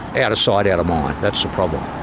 ah out of sight, out of mind, that's the problem.